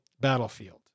battlefield